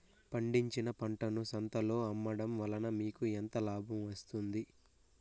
పండించిన పంటను సంతలలో అమ్మడం వలన మీకు ఎంత లాభం వస్తుంది?